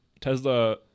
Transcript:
Tesla